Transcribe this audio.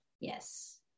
Yes